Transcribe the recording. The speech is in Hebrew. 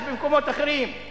אז במקומות אחרים,